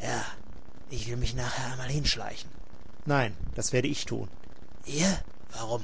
ja ich will mich nachher einmal hinschleichen nein das werde ich tun ihr warum